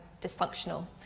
dysfunctional